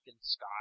Sky